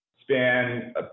span